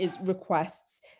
requests